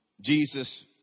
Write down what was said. Jesus